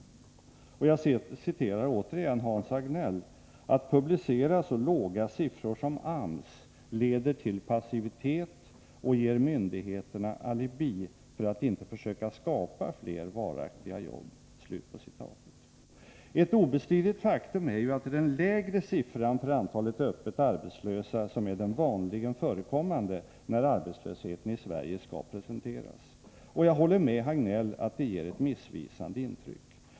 Jag citerar återigen Hans Hagnell: ”Att publicera så låga siffror som AMS leder till passivitet och ger myndigheterna alibi för att inte försöka skapa fler varaktiga jobb.” Ett obestridligt faktum är ju att det är den lägre siffran för antalet öppet arbetslösa som är den vanligen förekommande när arbetslösheten i Sverige skall presenteras. Och jag håller med Hans Hagnell om att det ger ett missvisande intryck.